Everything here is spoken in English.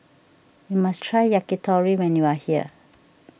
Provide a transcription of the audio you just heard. you must try Yakitori when you are here